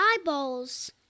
eyeballs